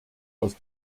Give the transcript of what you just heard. aus